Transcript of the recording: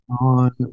on